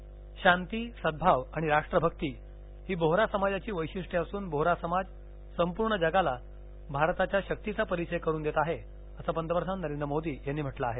बोहरा शांती सद्गाव आणि राष्ट्रभक्ती ही बोहरा समाजाची वैशिष्ट्य असून बोहरा समाज संपूर्ण जगाला भारताच्या शक्तीचा परिचय करून देत आहे असं पंतप्रधान नरेंद्र मोदी यांनी म्हटलं आहे